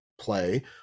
play